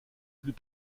plus